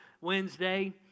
Wednesday